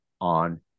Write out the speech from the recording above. on